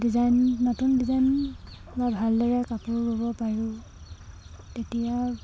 design নতুন design বা ভালদৰে কাপোৰ বব পাৰোঁ তেতিয়া